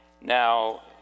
Now